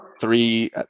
three